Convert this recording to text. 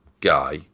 guy